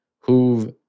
who've